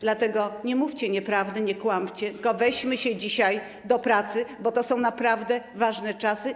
Dlatego nie mówcie nieprawdy, nie kłamcie, tylko weźmy się dzisiaj do pracy, bo to są naprawdę ważne czasy.